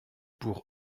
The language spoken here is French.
pour